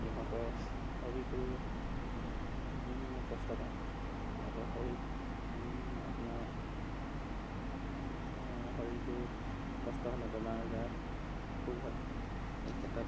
সিহঁতৰ শৰীৰটো কষ্ট পায় সিহঁতৰ শৰীৰ আপোনাৰ শৰীৰটো কষ্ট হ'লে বেমাৰ আজাৰ খুব হয় এই ক্ষেত্ৰত